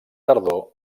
tardor